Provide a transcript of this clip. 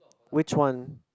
which one